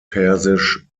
persisch